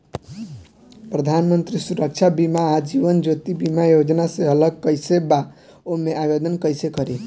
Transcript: प्रधानमंत्री सुरक्षा बीमा आ जीवन ज्योति बीमा योजना से अलग कईसे बा ओमे आवदेन कईसे करी?